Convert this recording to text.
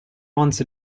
once